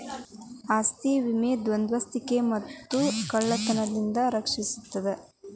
ಆಸ್ತಿ ವಿಮೆ ವಿಧ್ವಂಸಕತೆ ಮತ್ತ ಕಳ್ತನದಿಂದ ರಕ್ಷಿಸ್ತದ